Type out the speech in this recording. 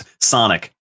Sonic